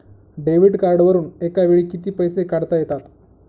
Debit कार्डवरुन एका वेळी किती पैसे काढता येतात?